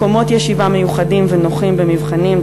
מקומות ישיבה מיוחדים ונוחים במבחנים,